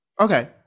Okay